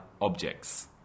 objects